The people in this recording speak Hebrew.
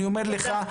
אני אומר לך,